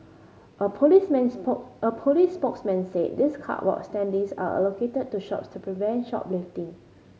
a policeman's a police spokesman said these cardboard standees are allocated to shops to prevent shoplifting